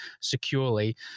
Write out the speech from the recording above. securely